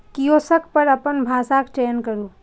kiosk पर अपन भाषाक चयन करू